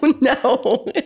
No